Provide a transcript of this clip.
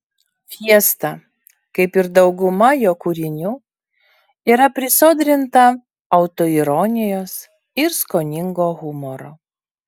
fiesta kaip ir dauguma jo kūrinių yra prisodrinta autoironijos ir skoningo humoro